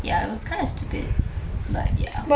ya it was kind of stupid but ya